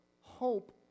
hope